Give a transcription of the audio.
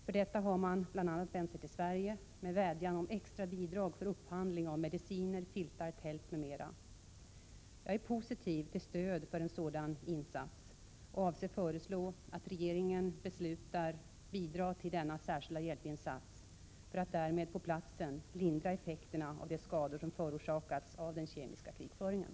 För detta har man bl.a. vänt sig till Sverige med vädjan om extra bidrag för upphandling av mediciner, filtar, tält m.m. Jag är positiv till stöd för en sådan insats och avser föreslå att regeringen beslutar bidra till denna särskilda hjälpinsats, för att därmed på platsen lindra effekterna av de skador som förorsakats av den kemiska krigföringen.